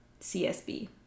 CSB